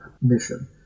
mission